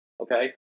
Okay